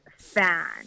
Fan